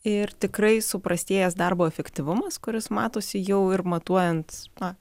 ir tikrai suprastėjęs darbo efektyvumas kuris matosi jau ir matuojant na